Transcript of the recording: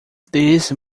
these